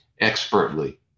expertly